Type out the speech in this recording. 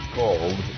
called